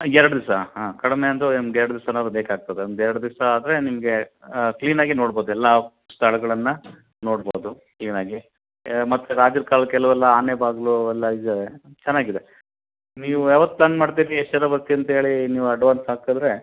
ಎರಡು ದಿವಸ ಹಾಂ ಕಡಿಮೆ ಅಂದರೂ ನಿಮ್ಗೆ ಎರಡು ದಿವಸನಾರು ಬೇಕಾಗ್ತದೆ ಒಂದು ಎರಡು ದಿವಸ ಆದರೆ ನಿಮಗೆ ಕ್ಲೀನಾಗೆ ನೋಡ್ಬೋದು ಎಲ್ಲಾ ಸ್ಥಳಗಳನ್ನ ನೋಡ್ಬೋದು ಕ್ಲೀನಾಗಿ ಮತ್ತು ರಾಜ್ರ ಕಾಲದ್ದು ಕೆಲವೆಲ್ಲ ಆನೆ ಬಾಗಿಲು ಅವೆಲ್ಲ ಇದೆ ಚೆನ್ನಾಗಿದೆ ನೀವು ಯಾವತ್ತು ಪ್ಲಾನ್ ಮಾಡ್ತೀರಿ ಎಷ್ಟ್ ಜನ ಬರ್ತೀರಿ ಅಂತೇಳಿ ನೀವು ಅಡ್ವಾನ್ಸ್ ಹಾಕದರೆ